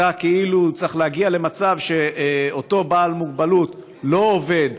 אתה כאילו צריך להגיע למצב שאותו בעל מוגבלות לא עובד,